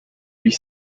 huit